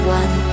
one